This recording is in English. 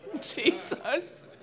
Jesus